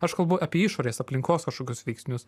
aš kalbu apie išorės aplinkos kažkokius veiksnius